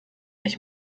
ich